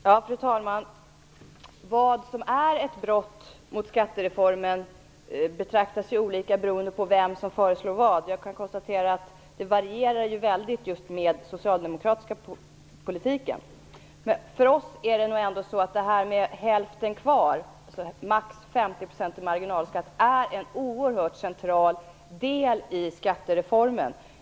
Fru talman! Vad som är ett brott mot skattereformen betraktas ju olika beroende på vem som föreslår vad. Det varierar ju väldigt mycket just när det gäller den socialdemokratiska politiken. Förr oss är ändå detta med hälften kvar - dvs. maximalt 50 % i marginalskatt - en oerhört central del i skattereformen.